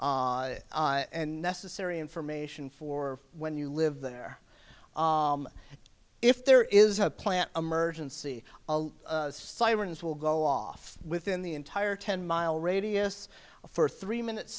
numbers and necessary information for when you live there if there is a plant emergency sirens will go off within the entire ten mile radius for three minutes